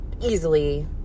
easily